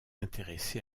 intéressé